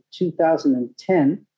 2010